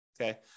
Okay